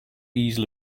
easily